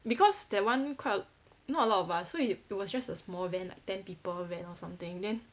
because that one quite not a lot of us so we it was just a small van like ten people van or something then